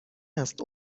است